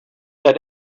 that